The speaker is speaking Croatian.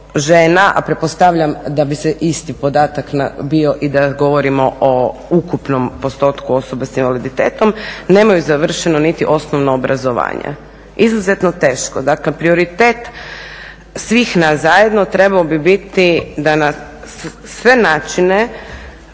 a pretpostavljam da bi isti podatak bi i da govorimo o ukupnom postotku osoba s invaliditetom, nemaju završeni niti osnovno obrazovanje. Izuzetno teško. Dakle prioritet svih nas zajedno trebao bi biti da na sve načine